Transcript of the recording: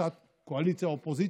בהחלטת קואליציה-אופוזיציה,